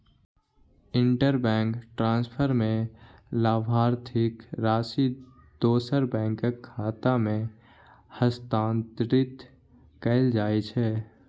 interbank transfer मे लाभार्थीक राशि दोसर बैंकक खाता मे हस्तांतरित कैल जाइ छै